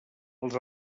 els